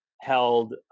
held